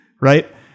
Right